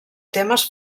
temes